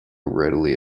readily